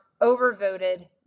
overvoted